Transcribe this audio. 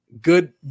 Good